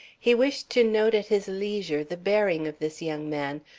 he wished to note at his leisure the bearing of this young man,